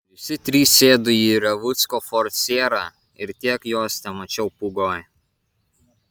visi trys sėdo į revucko ford sierra ir tiek juos temačiau pūgoj